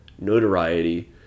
notoriety